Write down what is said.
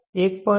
1